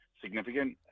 significant